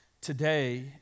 today